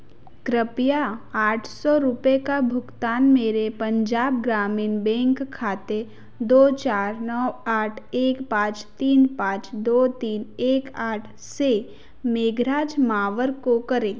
कृपया आठ सौ रुपये का भुगतान मेरे पंजाब ग्रामीण बैंक खाते दो चार नौ आठ एक पाँच तीन पाँच दो तीन एक आठ से मेघराज मावर को करें